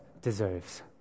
deserves